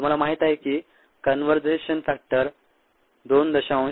तुम्हाला माहिती आहे की कन्वरझेशन फॅक्टर 2